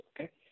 okay